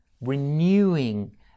renewing